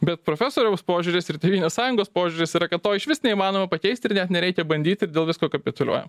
bet profesoriaus požiūris ir tėvynės sąjungos požiūris yra kad to išvis neįmanoma pakeisti ir net nereikia bandyti ir dėl visko kapituliuojam